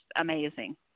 amazing